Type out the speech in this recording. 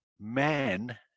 men